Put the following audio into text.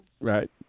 Right